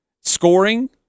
scoring